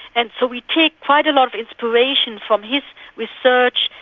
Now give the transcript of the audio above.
and so we take quite a lot of inspiration from his research,